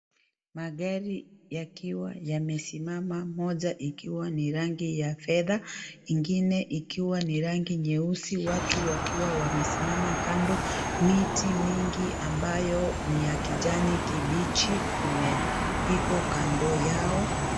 Magari yakiwa yamesimama moja ikiwa ni rangi ya fedha ingine ikiwa ni rangi nyeusi , watu wakiwa wamesimama kando . Miti mingi ambayo ni ya kijani kibichi iko kando yao.